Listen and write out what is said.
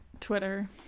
Twitter